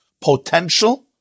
Potential